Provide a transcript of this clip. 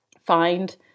Find